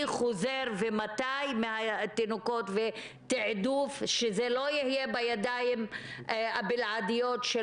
מהתינוקות חוזר ומתי; ותעדוף שזה לא יהיה בידיים הבלעדיות של